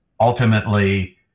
ultimately